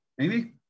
Amy